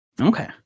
Okay